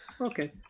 Okay